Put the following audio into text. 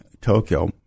Tokyo